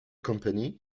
company